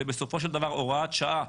בסופו של דבר זו הוראת שעה,